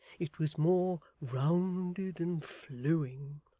it was more rounded and flowing.